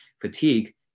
fatigue